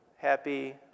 Happy